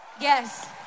Yes